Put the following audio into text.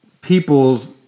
people's